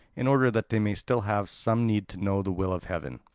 in order that they may still have some need to know the will of heaven.